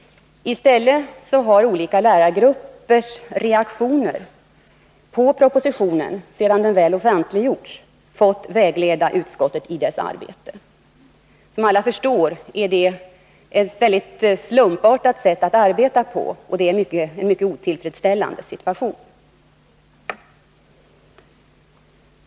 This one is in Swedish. I stället har olika lärargruppers reaktioner på propositionen, sedan den väl offentliggjorts, fått vägleda utskottet i dess arbete. Som alla förstår är det ett mycket slumpartat sätt att arbeta och en mycket otillfredsställande situation.